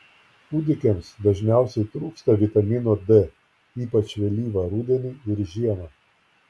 kūdikiams dažniausiai trūksta vitamino d ypač vėlyvą rudenį ir žiemą